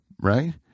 Right